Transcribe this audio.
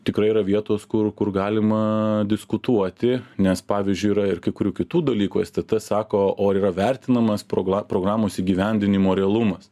tikrai yra vietos kur kur galima diskutuoti nes pavyzdžiui yra ir kai kurių kitų dalykų stt sako o ar yra vertinamas progla programos įgyvendinimo realumas